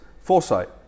foresight